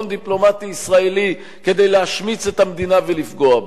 דיפלומטי ישראלי כדי להשמיץ את המדינה ולפגוע בה.